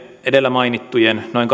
edellä mainittujen noin